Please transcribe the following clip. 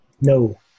No